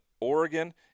Oregon